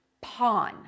pawn